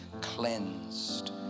cleansed